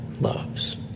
loves